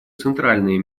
центральное